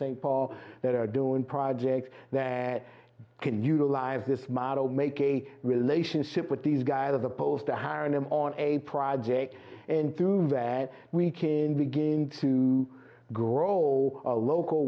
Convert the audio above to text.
st paul that are doing projects that can utilize this model make a relationship with these guys of opposed to hiring them on a project and through that we can begin to grow a local